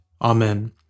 Amen